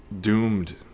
doomed